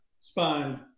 spine